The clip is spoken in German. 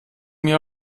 mir